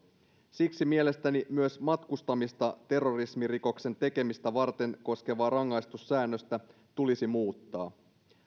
siksi mielestäni myös matkustamista terrorismirikoksen tekemistä varten koskevaa rangaistussäännöstä tulisi muuttaa